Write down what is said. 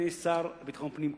אדוני השר לביטחון פנים,